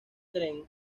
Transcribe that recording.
tren